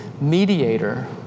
mediator